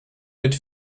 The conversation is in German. mit